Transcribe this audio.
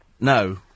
No